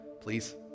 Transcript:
Please